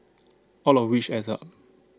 all of which adds up